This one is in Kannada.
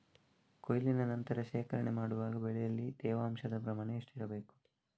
ಕೊಯ್ಲಿನ ನಂತರ ಶೇಖರಣೆ ಮಾಡುವಾಗ ಬೆಳೆಯಲ್ಲಿ ತೇವಾಂಶದ ಪ್ರಮಾಣ ಎಷ್ಟು ಇರಬೇಕು?